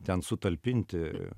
ten sutalpinti